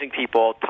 people